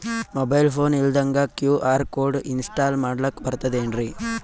Mobile phone ಇಲ್ದಂಗ QR code install ಮಾಡ್ಲಕ ಬರ್ತದೇನ್ರಿ?